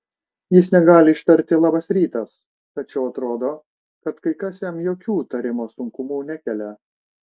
jis negali ištarti labas rytas tačiau atrodo kad kai kas jam jokių tarimo sunkumų nekelia